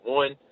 one